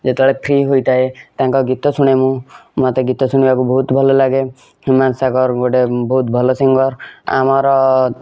ଯେତେବେଳେ ଫ୍ରି ହୋଇଥାଏ ତାଙ୍କ ଗୀତ ଶୁଣେ ମୁଁ ମୋତେ ଗୀତ ଶୁଣିବାକୁ ବହୁତ୍ ଭଲ ଲାଗେ ହ୍ୟୁମାନ୍ ସାଗର୍ ଗୋଟେ ବହୁତ୍ ଭଲ ସିଙ୍ଗର୍ ଆମର